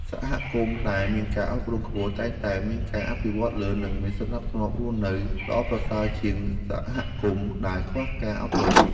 សហគមន៍ដែលមានការអប់រំខ្ពស់តែងតែមានការអភិវឌ្ឍលឿន និងមានសណ្តាប់ធ្នាប់រស់នៅល្អប្រសើរជាងសហគមន៍ដែលខ្វះការអប់រំ។